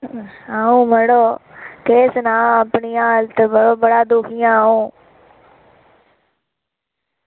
आं मड़ो केह् सनांऽ अपनी हालत ओह् मड़ो बड़ा दुखी ऐ अं'ऊ